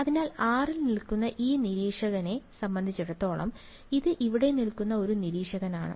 അതിനാൽ r ൽ നിൽക്കുന്ന ഈ നിരീക്ഷകനെ സംബന്ധിച്ചിടത്തോളം ഇത് ഇവിടെ നിൽക്കുന്ന ഒരു നിരീക്ഷകനാണ്